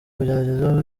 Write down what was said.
kugerageza